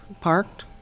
parked